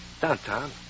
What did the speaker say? Downtown